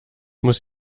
muss